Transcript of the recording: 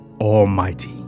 Almighty